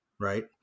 right